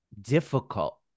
difficult